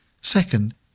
Second